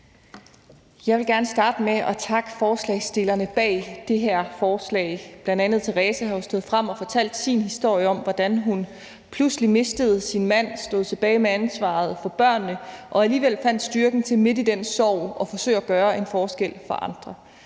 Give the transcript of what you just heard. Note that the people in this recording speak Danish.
Jeg vil gerne starte med at takke forslagsstillerne bag det her forslag. Bl.a. har Therese jo stået frem og fortalt sin historie om, hvordan hun pludselig mistede sin mand og stod tilbage med ansvaret for børnene og alligevel fandt styrken til midt i den sorg at forsøge at gøre en forskel for andre.